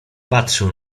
patrzył